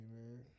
man